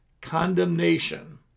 condemnation